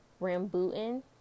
Rambutan